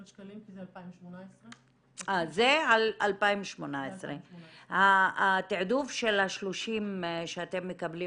שקלים כי זה 2018. זה על 2018. התעדוף של ה-30 שאתם מקבלים